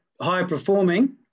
high-performing